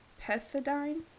pethidine